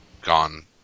gone